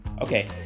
Okay